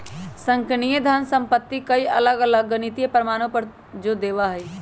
संगणकीय धन संपत्ति कई अलग अलग गणितीय प्रमाणों पर जो देवा हई